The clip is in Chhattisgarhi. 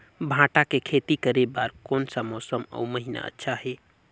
भांटा के खेती करे बार कोन सा मौसम अउ महीना अच्छा हे?